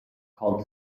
called